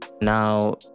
Now